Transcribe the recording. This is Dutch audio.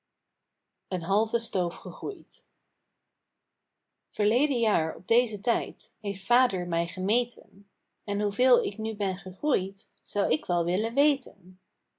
eene halve stoof gegroeid verleden jaar op dezen tijd heeft vader mij gemeten en hoeveel ik nu ben gegroeid zou ik wel willen weten